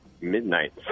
Midnight